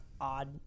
odd